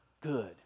good